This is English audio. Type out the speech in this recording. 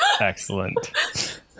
Excellent